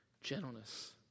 gentleness